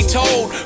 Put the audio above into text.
told